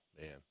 man